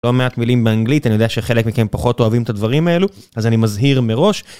לא מעט מילים באנגלית, אני יודע שחלק מכם פחות אוהבים את הדברים האלו, אז אני מזהיר מראש.